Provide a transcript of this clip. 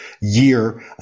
year